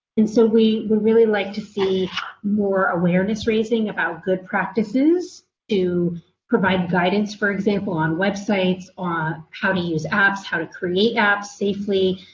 and so we would like to see more awareness raising about good practices to provide guidance, for example, on websites, on how to use apps, how to create apps safely,